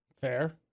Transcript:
Fair